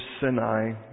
Sinai